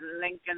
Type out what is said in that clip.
Lincoln